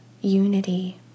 unity